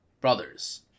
Brothers